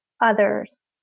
others